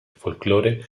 folclore